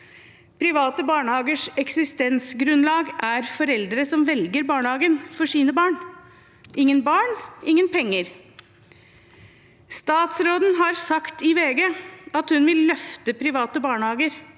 Private barnehagers eksistensgrunnlag er foreldre som velger barnehagen for sine barn. Ingen barn, ingen penger. Statsråden har sagt i VG at hun vil løfte private barnehager.